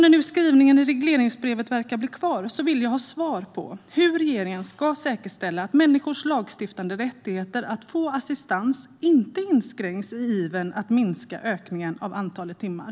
När nu skrivningen i regleringsbrevet verkar bli kvar vill jag ha svar på frågan hur regeringen ska säkerställa att människors lagliga rättigheter att få assistans inte inskränks i ivern att minska ökningen av antalet timmar.